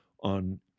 on